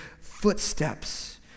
footsteps